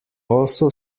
also